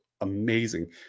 amazing